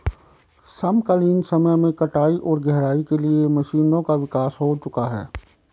समकालीन समय में कटाई और गहराई के लिए मशीनों का विकास हो चुका है